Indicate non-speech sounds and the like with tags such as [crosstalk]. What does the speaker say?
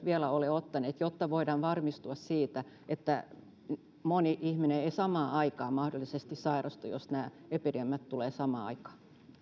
[unintelligible] vielä jotta voidaan varmistua siitä että moni ihminen ei sairastu mahdollisesti samaan aikaan jos nämä epidemiat tulevat samaan aikaan